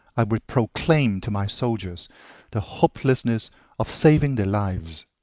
i would proclaim to my soldiers the hopelessness of saving their lives.